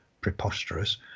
preposterous